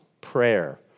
prayer